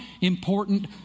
important